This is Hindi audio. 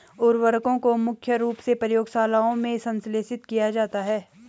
उर्वरकों को मुख्य रूप से प्रयोगशालाओं में संश्लेषित किया जाता है